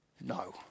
No